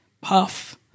puff